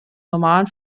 normalen